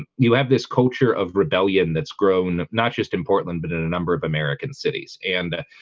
ah you have this culture of rebellion that's grown not just in portland, but in a number of american cities and ah,